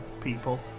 people